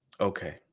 okay